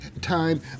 time